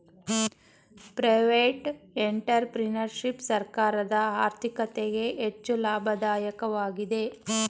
private entrepreneurship ಸರ್ಕಾರದ ಆರ್ಥಿಕತೆಗೆ ಹೆಚ್ಚು ಲಾಭದಾಯಕವಾಗಿದೆ